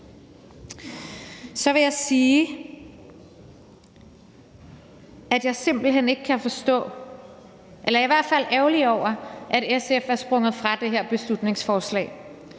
Så vil jeg sige, at jeg simpelt hen ikke kan forstå eller i hvert fald er ærgerlig over, at SF er sprunget fra det her beslutningsforslag.